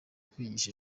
kwigisha